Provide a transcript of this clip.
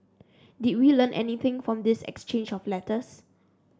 did we learn anything from this exchange of letters